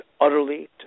utterly